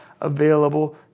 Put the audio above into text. available